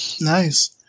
Nice